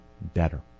better